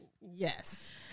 Yes